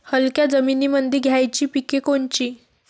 हलक्या जमीनीमंदी घ्यायची पिके कोनची?